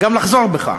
גם לחזור בך,